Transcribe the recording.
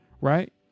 Right